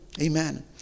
Amen